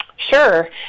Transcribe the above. Sure